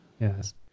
yes